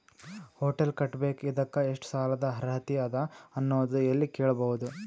Hotel ಕಟ್ಟಬೇಕು ಇದಕ್ಕ ಎಷ್ಟ ಸಾಲಾದ ಅರ್ಹತಿ ಅದ ಅನ್ನೋದು ಎಲ್ಲಿ ಕೇಳಬಹುದು?